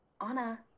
Anna